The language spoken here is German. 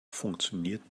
funktioniert